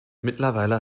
mittlerweile